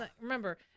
remember